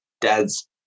dads